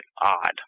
odd